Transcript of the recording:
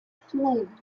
flame